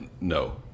No